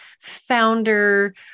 founder